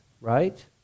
right